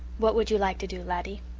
what would you like to do, laddie?